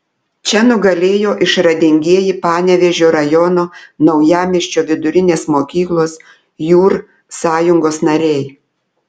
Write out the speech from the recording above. čia nugalėjo išradingieji panevėžio rajono naujamiesčio vidurinės mokyklos jūr sąjungos nariai